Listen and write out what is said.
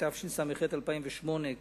התשס"ח 2008,